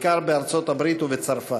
בעיקר בארצות-הברית ובצרפת.